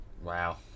wow